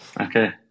okay